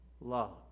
Love